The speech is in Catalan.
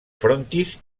frontis